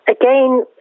Again